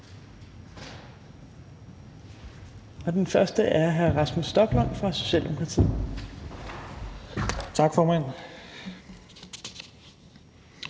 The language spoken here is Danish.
Den første er hr. Rasmus Stoklund fra Socialdemokratiet. Kl.